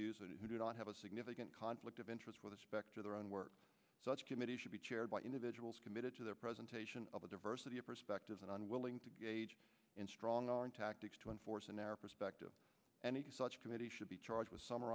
and who do not have a significant conflict of interest with respect to their own work such committee should be chaired by individuals committed to their presentation of a diversity of perspectives and unwilling to gauge in strong arm tactics to enforce a narrow perspective and such a committee should be charged with summ